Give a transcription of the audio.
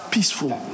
Peaceful